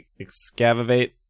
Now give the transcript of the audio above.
excavate